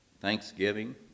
Thanksgiving